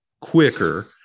quicker